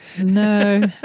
No